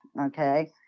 okay